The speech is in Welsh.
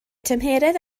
tymheredd